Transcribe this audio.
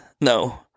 No